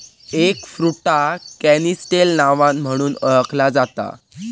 एगफ्रुटाक canistel नावान म्हणुन ओळखला जाता